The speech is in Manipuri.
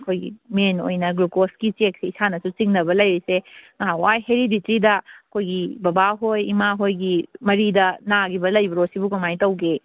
ꯑꯩꯈꯣꯏꯒꯤ ꯃꯦꯟ ꯑꯣꯏꯅ ꯒ꯭ꯂꯨꯀꯦꯁꯀꯤ ꯆꯦꯛꯁꯦ ꯏꯁꯥꯅꯁꯨ ꯆꯤꯡꯅꯕ ꯂꯩꯔꯤꯁꯦ ꯅꯍꯥꯟꯋꯥꯏ ꯍꯦꯔꯤꯗꯤꯇꯤꯗ ꯑꯩꯈꯣꯏꯒꯤ ꯕꯕꯥ ꯍꯣꯏ ꯏꯃꯥꯍꯣꯏꯒꯤ ꯃꯔꯤꯗ ꯅꯥꯈꯤꯕ ꯂꯩꯕ꯭ꯔꯣ ꯁꯤꯕꯨ ꯀꯃꯥꯏ ꯇꯧꯒꯦ